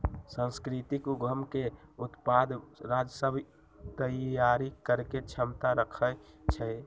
सांस्कृतिक उद्यम के उत्पाद राजस्व तइयारी करेके क्षमता रखइ छै